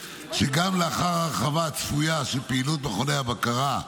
שגם לאחר ההרחבה הצפויה של פעילות מכוני הבקרה,